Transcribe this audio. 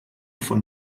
von